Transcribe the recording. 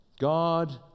God